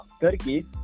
Turkey